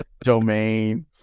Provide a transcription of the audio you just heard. domain